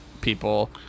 people